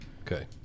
Okay